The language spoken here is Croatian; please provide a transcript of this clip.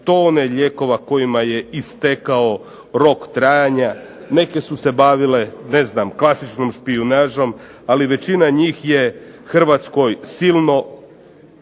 tone lijekova kojima je istekao rok trajanja, neke su se bavile ne znam klasičnom špijunažom, ali većina njih je Hrvatskoj silno